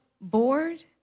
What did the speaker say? bored